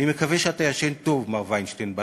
אני מקווה שאתה ישן טוב בלילה, מר וינשטיין.